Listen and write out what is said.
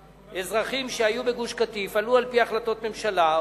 האזרחים שהיו בגוש-קטיף עלו לשם על-פי החלטות הממשלה,